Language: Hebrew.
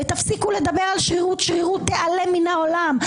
ותפסיקו לדבר על שרירות, שרירות תיעלם מן העולם.